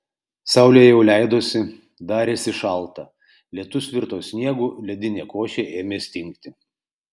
saulė jau leidosi darėsi šalta lietus virto sniegu ledinė košė ėmė stingti